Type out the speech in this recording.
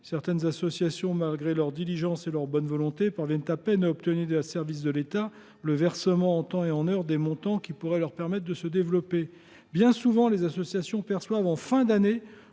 certaines associations, malgré leur diligence et leur bonne volonté, peinent à obtenir des services de l’État le versement en temps et en heure des aides qui pourraient leur permettre de se développer. Bien souvent, celles ci ne perçoivent qu’en fin d’année